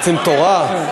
רוצים תורה?